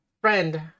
friend